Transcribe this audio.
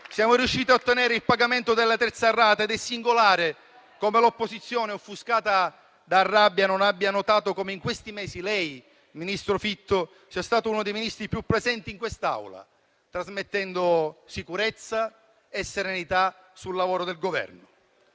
Siamo riusciti a ottenere il pagamento della terza rata ed è singolare come l'opposizione, offuscata dalla rabbia, non abbia notato come in questi mesi lei, ministro Fitto, sia stato uno dei Ministri più presenti in quest'Aula, trasmettendo sicurezza e serenità sul lavoro del Governo.